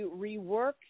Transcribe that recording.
rework